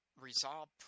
resolve